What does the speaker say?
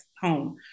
home